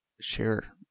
share